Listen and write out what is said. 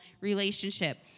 relationship